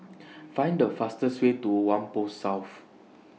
Find The fastest Way to Whampoa South